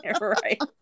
Right